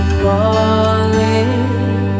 falling